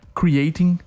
creating